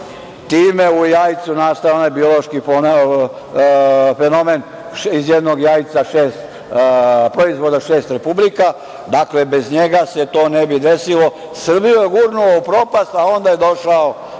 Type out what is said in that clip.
time u Jajcu nastaje onaj biološki fenomen – iz jednog Jajca šest proizvoda, šest republika. Dakle, bez njega se to ne bi desilo. Srbiju je gurnuo u propast, a onda došao